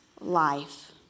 life